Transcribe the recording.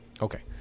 Okay